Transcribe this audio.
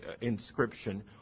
inscription